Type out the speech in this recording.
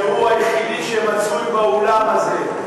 שהוא היחידי שמצוי באולם הזה.